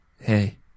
Hey